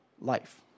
life